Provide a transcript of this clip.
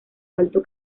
alto